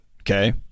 Okay